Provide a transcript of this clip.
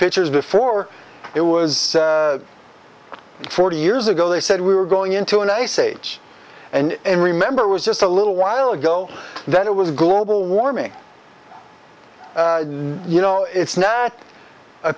pictures before it was forty years ago they said we were going into an ice age and remember was just a little while ago that it was global warming you know it's not a